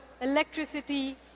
electricity